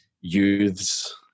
youths